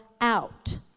out